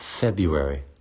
February